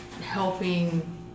helping